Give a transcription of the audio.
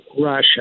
Russia